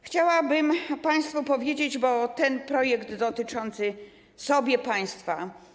Chciałabym państwu powiedzieć, bo ten projekt dotyczący sobiepaństwa.